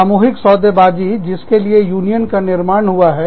सामूहिक सौदेबाजी सौदाकारी जिसके लिए यूनियन का निर्माण हुआ है